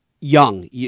young